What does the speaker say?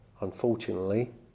Unfortunately